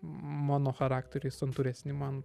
mano charakterui santūresni man